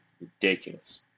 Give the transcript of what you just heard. ridiculous